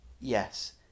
Yes